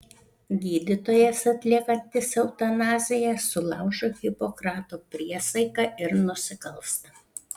gydytojas atliekantis eutanaziją sulaužo hipokrato priesaiką ir nusikalsta